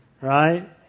right